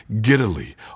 giddily